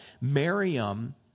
Miriam